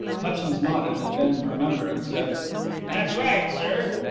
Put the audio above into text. hutchins nodded, and then, remembering, said that's right, sir.